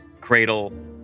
cradle